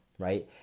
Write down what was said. Right